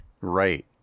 Right